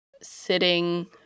sitting